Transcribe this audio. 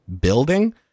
building